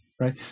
right